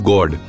God